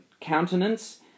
countenance